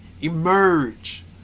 Emerge